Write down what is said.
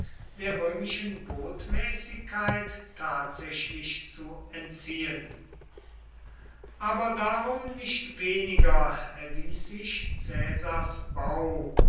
der römischen botmäßigkeit tatsächlich zu entziehen aber darum nicht weniger erwies sich caesars bau